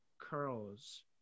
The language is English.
curls